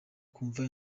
kumva